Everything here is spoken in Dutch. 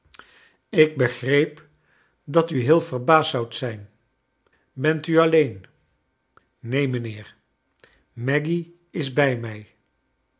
ik begreep dat u heel verbaasd zoudt zijn bent u alleen neen mijnheer maggy is bij mij